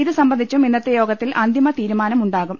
ഇതുസംബന്ധിച്ചും ഇന്നത്തെ യോഗത്തിൽ അന്തിമ തീരുമാനമുണ്ടാകും